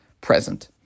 present